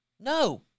No